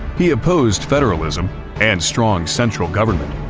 he opposed federalism and strong central government,